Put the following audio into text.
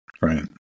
right